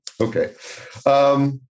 okay